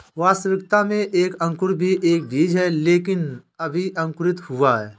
वास्तविकता में एक अंकुर भी एक बीज है लेकिन अभी अंकुरित हुआ है